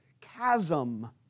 chasm